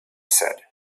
said